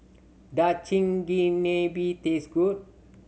does Chigenabe taste good